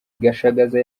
gashagaza